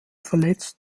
verletzt